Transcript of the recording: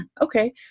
okay